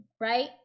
right